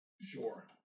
Sure